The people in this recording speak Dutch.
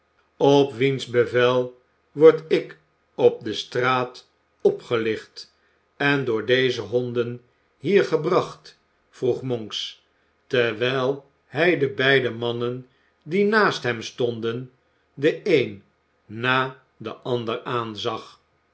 op wiens bevel word ik op de straat opgelicht en door deze honden hier gebracht vroeg monks terwijl hij de beide mannen die naast hem stonden den een na den ander aanzag